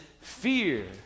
fear